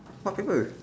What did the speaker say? what people